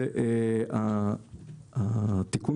התיקון,